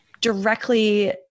directly